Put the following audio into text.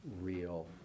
real